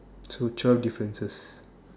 so twelve differences